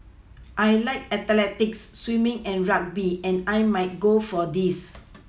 I like athletics swimming and rugby and I might go for these